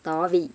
தாவி